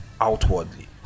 outwardly